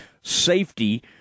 safety